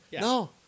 No